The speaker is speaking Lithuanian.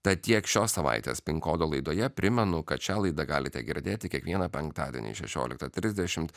tad tiek šios savaitės pin kodo laidoje primenu kad šią laidą galite girdėti kiekvieną penktadienį šešioliktą trisdešimt